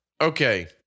okay